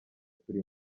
turi